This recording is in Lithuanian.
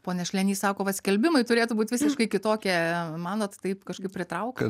pone šlenį sako va skelbimai turėtų būti visiškai kitokie manot taip kažkaip pritraukia